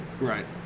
Right